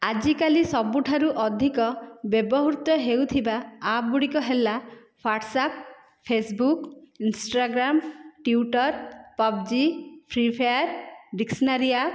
ଆଜିକାଲି ସବୁଠାରୁ ଅଧିକ ବ୍ୟବହୃତ ହେଉଥିବା ଆପ୍ ଗୁଡ଼ିକ ହେଲା WhatsApp Facebook Instagram Twitter PUBG Free Fire dictionary app